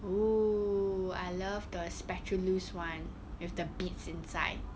oo I love the speculoos [one] with the beads inside